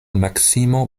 maksimo